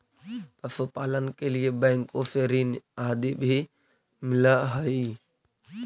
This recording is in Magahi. पशुपालन के लिए बैंकों से ऋण आदि भी मिलअ हई